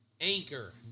anchor